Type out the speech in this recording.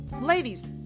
ladies